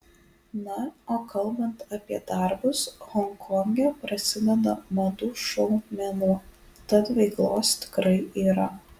na o kalbant apie darbus honkonge prasideda madų šou mėnuo tad veiklos tikrai yra